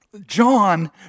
John